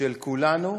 של כולנו